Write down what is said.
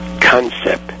concept